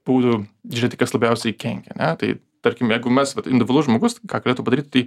būdų žiūrėti kas labiausiai kenkia ane tai tarkim jeigu mes vat individualus žmogus ką galėtų padaryt tai